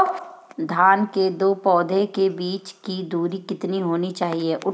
धान के दो पौधों के बीच की दूरी कितनी होनी चाहिए?